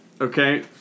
okay